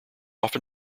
often